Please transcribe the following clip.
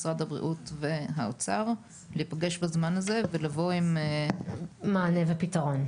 משרד הבריאות והאוצר להיפגש בזמן הזה ולבוא עם מענה ופיתרון.